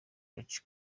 kaci